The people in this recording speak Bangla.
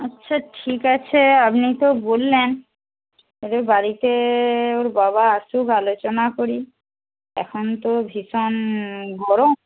আচ্ছা ঠিক আছে আপনি তো বললেন এবার বাড়িতে ওর বাবা আসুক আলোচনা করি এখন তো ভীষণ গরম